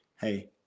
hey